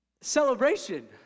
Celebration